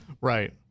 Right